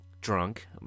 drunk